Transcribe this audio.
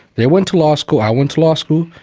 they went to law school, i went to law school.